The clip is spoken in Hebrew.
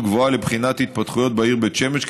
גבוהה לבחינת ההתפתחויות בעיר בית שמש,